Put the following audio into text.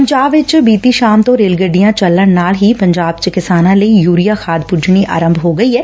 ਪੰਜਾਬ ਵਿਚ ਬੀਤੀ ਸ਼ਾਮ ਤੋਂ ਰੇਲ ਗੱਡੀਆਂ ਚੱਲਣ ਨਾਲ ਹੀ ਪੰਜਾਬ ਵਿੱਚ ਕਿਸਾਨਾਂ ਲਈ ਯੁਰੀਆ ਖਾਦ ਪੁੱਜਣੀ ਆਰੰਭ ਹੋ ਗਈ ਏ